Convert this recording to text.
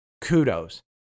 kudos